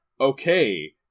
Okay